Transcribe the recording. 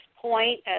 point